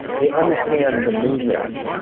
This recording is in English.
they understand the movements,